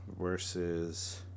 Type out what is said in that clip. Versus